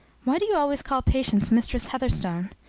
why do you always call patience mistress heatherstone?